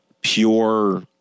Pure